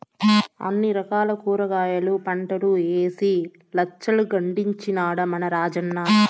అన్ని రకాల కూరగాయల పంటలూ ఏసి లచ్చలు గడించినాడ మన రాజన్న